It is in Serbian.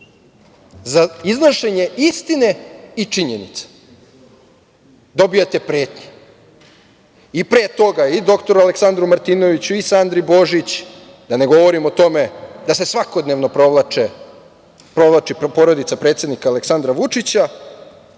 za iznošenje istine i činjenica dobijate pretnje, i pre toga i dr Aleksandru Martinoviću, i Sandri Božić, da ne govorim o tome da se svakodnevno provlači porodica predsednika Aleksandra Vučića.